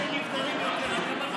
אני חושב שנפטרים יותר.